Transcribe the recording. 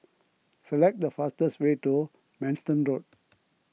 select the fastest way to Manston Road